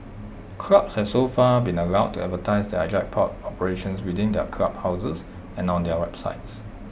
clubs have so far been allowed to advertise their jackpot operations within their clubhouses and on their websites